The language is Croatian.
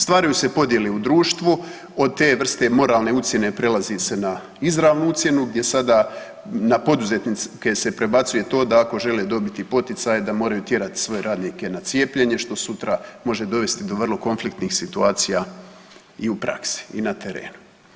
Stvaraju se podjele u društvu, od te vrste moralne ucjene prelazi se na izravnu ucjenu gdje sada na poduzetnike se prebacuje to da ako žele dobiti poticaje da moraju tjerat svoje radnike na cijepljenje, što sutra može dovesti do vrlo konfliktnih situacija i u praksi i na terenu.